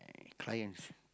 clients